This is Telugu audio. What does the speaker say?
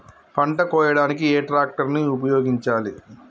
పంట కోయడానికి ఏ ట్రాక్టర్ ని ఉపయోగించాలి?